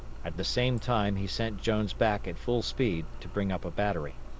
at the same time he sent jones back at full speed to bring up a battery.